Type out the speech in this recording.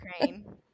Ukraine